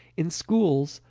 in schools,